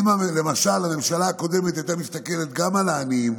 אם למשל הממשלה הקודמת הייתה מסתכלת גם על העניים,